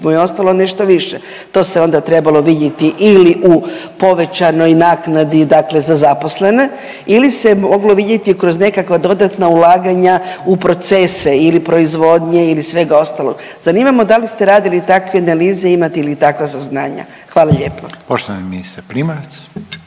je ostalo nešto više to se onda trebalo vidjeti ili u povećanoj naknadi dakle za zaposlene ili se moglo vidjeti kroz nekakva dodatna ulaganja u procese ili proizvodnje ili svega ostaloga. Zanima me da li ste radili takve analize i imate li takva saznanja? Hvala lijepo. **Reiner,